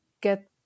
get